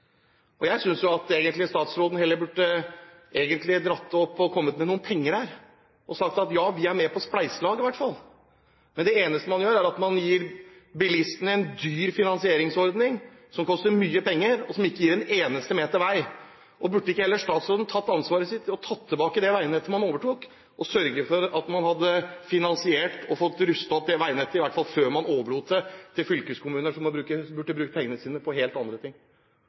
pst. Jeg synes jo egentlig statsråden heller burde kommet med noen penger, og sagt: Ja, vi er med på spleiselaget i hvert fall. Men det eneste man gjør, er at man gir bilistene en dyr finansieringsordning som koster mye penger, og som ikke gir en eneste meter vei. Burde ikke heller statsråden tatt ansvaret sitt og tatt tilbake det veinettet man overtok, sørget for at man hadde fått finansiert og i hvert fall rustet opp det veinettet før man overlot det til fylkeskommuner som burde bruke pengene sine på helt andre ting?